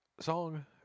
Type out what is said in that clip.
song